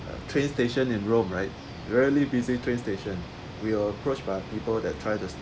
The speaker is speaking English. a train station in rome right really busy train station we were approached by people that try to